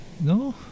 No